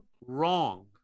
wrong